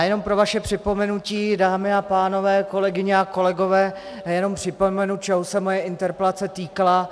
Jenom pro vaše připomenutí, dámy a pánové, kolegyně a kolegové, jenom připomenu, čeho se moje interpelace týkala.